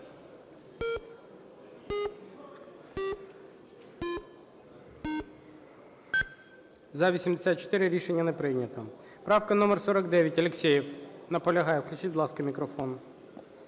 За-84 Рішення не прийнято. Правка номер 49, Алєксєєв. Наполягає. Включіть, будь ласка, мікрофон.